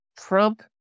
Trump